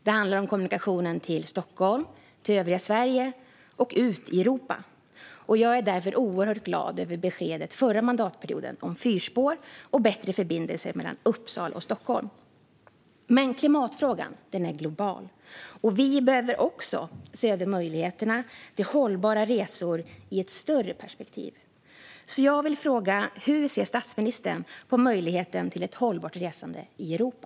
Det handlar om kommunikationen till Stockholm, övriga Sverige och ut i Europa. Jag är därför oerhört glad över beskedet förra mandatperioden om fyrspår och bättre förbindelse mellan Uppsala och Stockholm. Men klimatfrågan är global. Vi behöver också se över möjligheterna till hållbara resor i ett större perspektiv. Jag vill fråga: Hur ser statsministern på möjligheten till ett hållbart resande i Europa?